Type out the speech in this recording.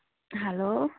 hello